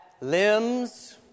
limbs